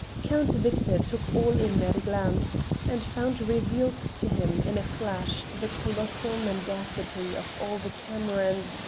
count victor took all in at a glance and found revealed to him in a flash the colossal mendacity of all the camerons,